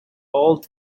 old